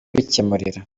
kwikemurira